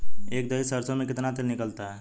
एक दही सरसों में कितना तेल निकलता है?